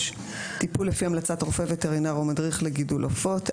טיפול לפי המלצת רופא וטרינר או מדריך לגידול עופות.